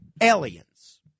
aliens